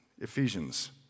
Ephesians